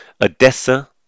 Odessa